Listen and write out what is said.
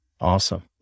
Awesome